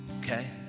Okay